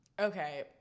Okay